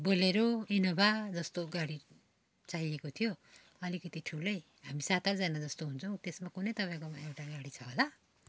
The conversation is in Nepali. बोलेरो इन्नोभा जस्तो गाडी चाहिएको थियो अलिकति ठुलो हामी सात आठजना जस्तो हुन्छौँ त्यसमा कुनै तपाईँकोमा एउटा गाडी छ होला